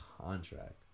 contract